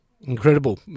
Incredible